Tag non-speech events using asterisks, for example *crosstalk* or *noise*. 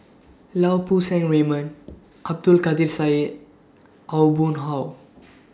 Lau Poo Seng Raymond *noise* Abdul Kadir Syed Aw Boon Haw *noise*